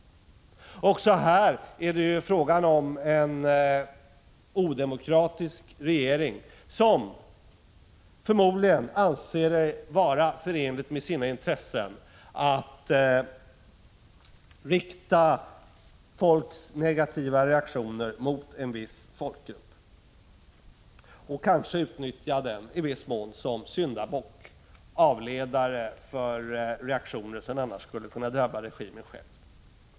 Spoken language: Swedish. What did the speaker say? Också i Sovjetunionen är det fråga om en odemokratisk regering, som förmodligen anser det vara förenligt med sina intressen att rikta folks negativa reaktioner mot en viss folkgrupp och kanske i viss mån utnyttja den som syndabock, som avledare för reaktioner som annars skulle kunna drabba regimen själv.